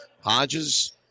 Hodges